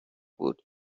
بود